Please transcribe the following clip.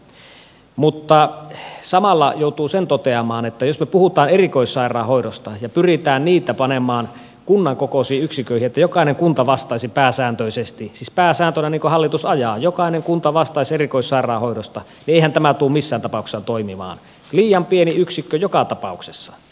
mutta samalla joutuu sen toteamaan että jos me puhumme erikoissairaanhoidosta ja pyrimme sitä panemaan kunnan kokoisiin yksiköihin että jokainen kunta vastaisi pääsääntöisesti erikoissairaanhoidosta siis pääsääntönä niin kuin hallitus ajaa jokainen kunta vastaisi niin eihän tämä tule missään tapauksessa toimimaan liian pieni yksikkö joka tapauksessa